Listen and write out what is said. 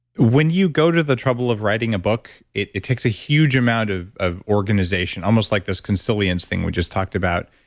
when you go to the trouble of writing a book, it it takes a huge amount of of organization, almost like this consilience thing we just talked about,